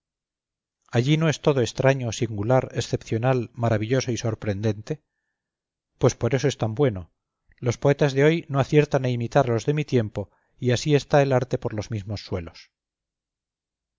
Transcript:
allí no es todo extraño singular excepcional maravilloso y sorprendente pues por eso es tan bueno los poetas de hoy no aciertan a imitar a los de mi tiempo y así está el arte por los mismos suelos